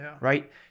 right